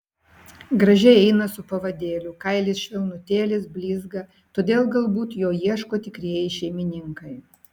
gražiai eina su pavadėliu kailis švelnutėlis blizga todėl galbūt jo ieško tikrieji šeimininkai